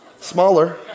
Smaller